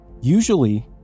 Usually